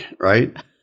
right